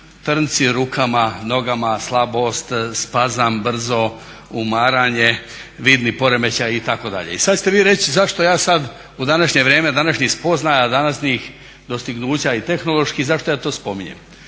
Trnci u rukama, nogama, slabost, spazam, brzo umaranje, vidni poremećaj itd. I sada ćete vi reći zašto ja sada u današnje vrijeme današnjih spoznaja, današnjih dostignuća i tehnoloških zašto ja to spominjem.